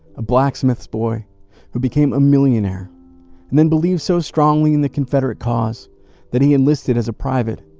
a blacksmith's boy who became a millionaire and then believed so strongly in the confederate cause that he enlisted as a private,